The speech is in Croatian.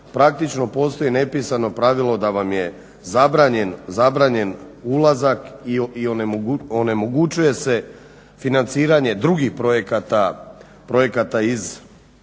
praktično postoji nepisano pravilo da vam je zabranjen ulazak i onemogućuje se financiranje drugih projekata iz